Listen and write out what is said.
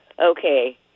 Okay